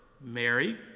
Mary